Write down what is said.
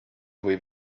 või